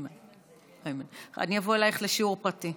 אני אבוא אלייך לשיעור פרטי.